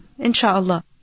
inshaAllah